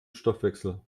stoffwechsel